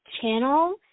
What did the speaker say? channel